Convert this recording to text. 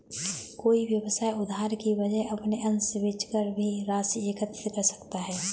कोई व्यवसाय उधार की वजह अपने अंश बेचकर भी राशि एकत्रित कर सकता है